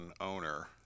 owner